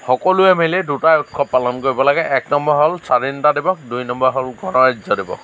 সকলোৱে মিলি দুটাই উৎসৱ পালন কৰিব লাগে এক নম্বৰ হ'ল স্ৱাধীনতা দিৱস দুই নম্বৰ হ'ল গণৰাজ্য দিৱস